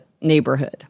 neighborhood